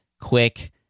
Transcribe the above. quick